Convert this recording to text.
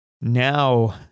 Now